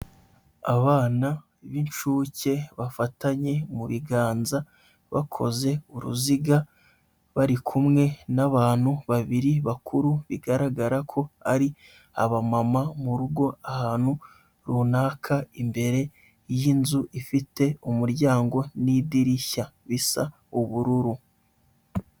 Abana b'inshuke bafatanye mu biganza bakoze uruziga, bari kumwe n'abantu babiri bakuru, bigaragara ko ari abamama mu rugo ahantu runaka, imbere y'inzu ifite umuryango n'idirishya bisa ubururu.